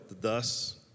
Thus